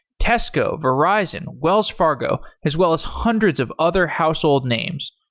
tesco, verizon, wells fargo, as well as hundreds of other household names.